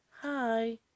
hi